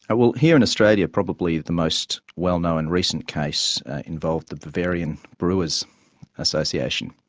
and well here in australia probably the most well-known recent case involved the bavarian brewers' association,